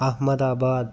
Ahmedabad